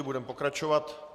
Budeme pokračovat.